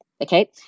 Okay